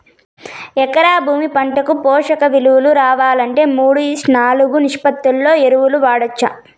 ఎకరా భూమి పంటకు పోషక విలువలు రావాలంటే మూడు ఈష్ట్ నాలుగు నిష్పత్తిలో ఎరువులు వేయచ్చా?